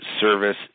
service